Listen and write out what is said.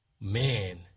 Man